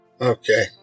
Okay